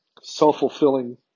self-fulfilling